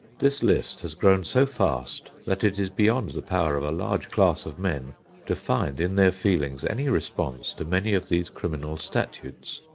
this list has grown so fast that it is beyond the power of a large class of men to find in their feelings any response to many of these criminal statutes.